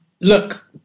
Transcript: Look